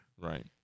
Right